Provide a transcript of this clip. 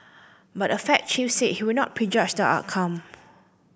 but the Fed chief said he would not prejudge the outcome